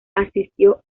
asistió